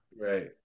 Right